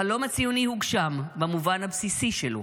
החלום הציוני הוגשם, במובן הבסיסי שלו,